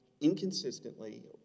inconsistently